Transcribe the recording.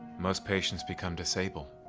most patients become disabled.